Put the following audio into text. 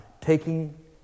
taking